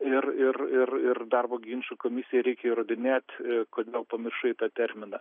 ir ir ir ir darbo ginčų komisijai reikia įrodinėt kodėl pamiršai tą terminą